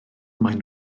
maen